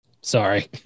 Sorry